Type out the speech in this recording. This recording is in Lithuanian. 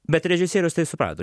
bet režisierius tai suprato